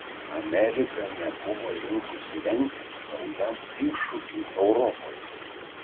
amerika nebuvo linkusi rengtis naujam iššūkiui europoje